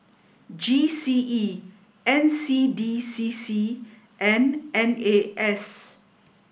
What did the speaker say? G C E N C D C C and N A S